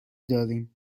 داریم